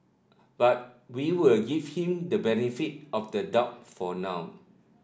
but we'll give him the benefit of the doubt for now